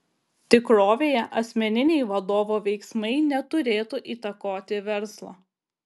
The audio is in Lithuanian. tikrovėje asmeniniai vadovo veiksmai neturėtų įtakoti verslo